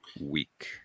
week